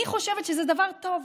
אני חושבת שזה דבר טוב,